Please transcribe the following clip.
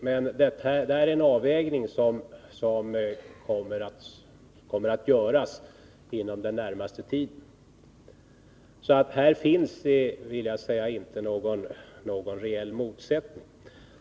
Men det är en avvägning som kommer att göras inom den närmaste tiden. Så här finns det alltså inte någon reell motsättning.